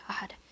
God